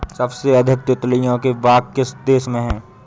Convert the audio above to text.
सबसे अधिक तितलियों के बाग किस देश में हैं?